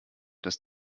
das